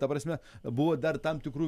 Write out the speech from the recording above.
ta prasme buvo dar tam tikrų